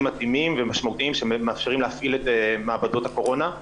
מתאימים ומשמעותיים שמאפשרים להפעיל את מעבדות הקורונה,